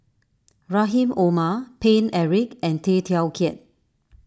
Rahim Omar Paine Eric and Tay Teow Kiat